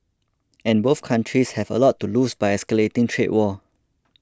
and both countries have a lot to lose by escalating trade war